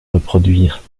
reproduire